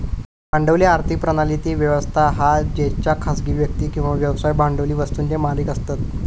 भांडवली आर्थिक प्रणाली ती व्यवस्था हा जेच्यात खासगी व्यक्ती किंवा व्यवसाय भांडवली वस्तुंचे मालिक असतत